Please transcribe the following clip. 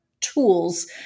tools